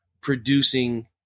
producing